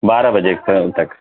بارہ بجے تا تک